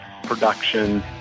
production